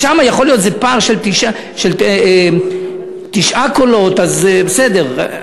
שם זה פער של תשעה קולות, אז בסדר.